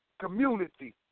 community